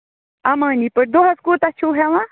اَمٲنۍ پٲٹھۍ دۅہَس کوٗتاہ چھِو ہیٚوان